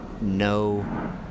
no